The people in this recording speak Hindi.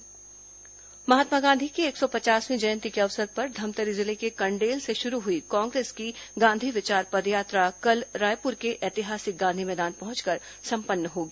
गांधी विचार पदयात्रा महात्मा गांधी की एक सौ पचासवीं जयंती के अवसर पर धमतरी जिले के कण्डेल से शुरू हुई कांग्रेस की गांधी विचार पदयात्रा कल रायपुर के ऐतिहासिक गांधी मैदान पहुंचकर संपन्न होगी